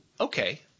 okay